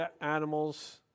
animals